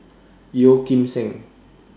Yeo Kim Seng